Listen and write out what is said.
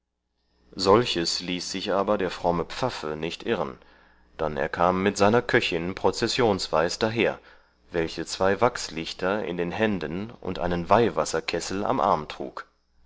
solches ließ sich aber der fromme pfaffe nicht irren dann er kam mit seiner köchin prozessionsweis daher welche zwei wachsliechter in den handen und einen weihwasserkessel am arm trug